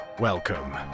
Welcome